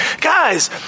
Guys